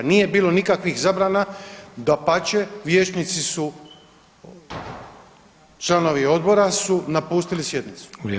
Nije bilo nikakvih zabrane, dapače, vijećnici su članovi odbora su napustili sjednicu.